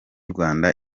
rwanda